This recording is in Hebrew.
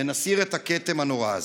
ונסיר את הכתם הנורא הזה.